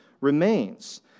remains